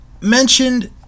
Mentioned